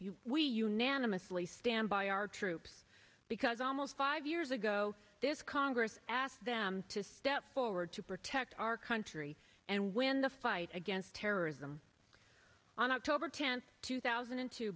we unanimously stand by our troops because almost five years ago this congress asked them to step forward to protect our country and when the fight against terrorism on october tenth two thousand and two